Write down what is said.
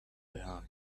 behind